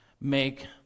make